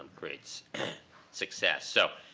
creates success. so,